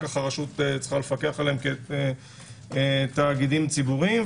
כך הרשות צריכה לפקח עליהם כתאגידים ציבוריים.